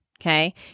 okay